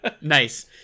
nice